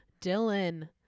Dylan